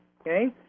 okay